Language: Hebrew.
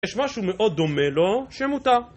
יש משהו מאוד דומה לו, שמותר.